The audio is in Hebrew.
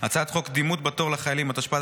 הצעת חוק שירות המדינה (מינויים) (תיקון,